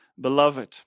beloved